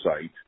site